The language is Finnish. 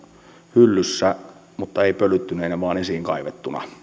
hyllyssä mutta ei pölyttyneenä vaan esiin kaivettuna